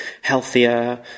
healthier